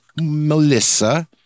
Melissa